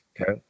Okay